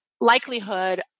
likelihood